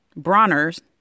Bronners